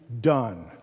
done